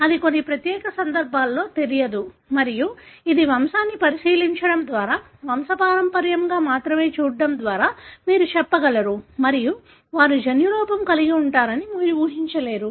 ఇది కొన్ని ప్రత్యేక సందర్భాలలో తెలియదు మరియు ఇది వంశాన్ని పరిశీలించడం ద్వారా వంశపారంపర్యంగా మాత్రమే చూడటం ద్వారా మీరు చెప్పగలరు మరియు వారు జన్యురూపం కలిగి ఉంటారని మీరు ఊహించలేరు